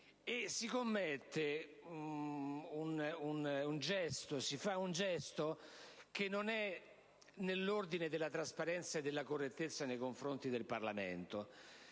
un'azione che non è nell'ordine della trasparenza e della correttezza nei confronti del Parlamento,